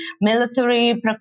military